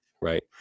right